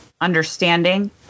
understanding